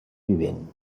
vivent